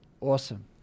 Awesome